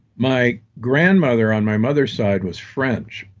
my grandmother on my mother's side was french,